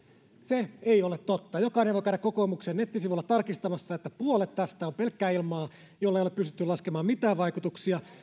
se ei ole totta jokainen voi käydä kokoomuksen nettisivuilla tarkistamassa että puolet tästä on pelkkää ilmaa jolle ei ole pystytty laskemaan mitään vaikutuksia